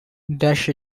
dash